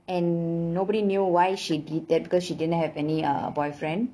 and nobody knew why she did that because she didn't have any uh boyfriend